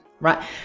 Right